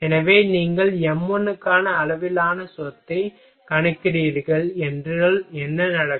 எனவே நீங்கள் m1 க்கான அளவிலான சொத்தை கணக்கிடுகிறீர்கள் என்றால் என்ன நடக்கும்